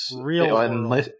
real